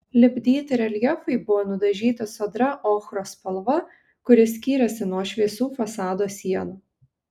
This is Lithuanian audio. lipdyti reljefai buvo nudažyti sodria ochros spalva kuri skyrėsi nuo šviesių fasado sienų